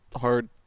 hard